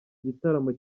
gitaramo